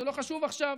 זה לא חשוב עכשיו,